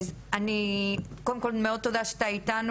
אני קודם כל מודה לך מאוד על כך שאתה איתנו